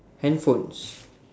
handphones